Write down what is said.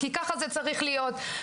כי ככה זה צריך להיות.